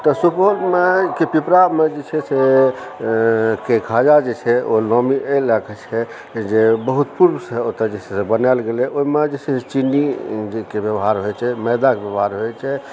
तऽ सुपौलमे के पिपरामे जे छै से के खाजा जे छै ओ नामी अइ लअ कऽ छै जे बहुत पूर्व सँ ओतऽ जे छै बनाओल गेलै ओहिमे जे छै चीनीके जे व्यवहार रहै छै मैदाके व्यवहार रहै छै